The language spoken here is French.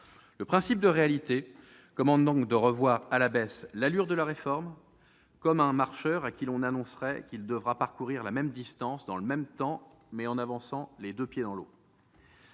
Le principe de réalité commande de revoir à la baisse l'allure de la réforme, comme un marcheur à qui l'on annoncerait qu'il devra parcourir la même distance, dans le même temps, mais en avançant les deux pieds dans l'eau.